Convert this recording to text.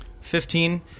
Fifteen